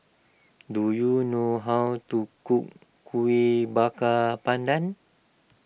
do you know how to cook Kuih Bakar Pandan